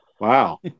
Wow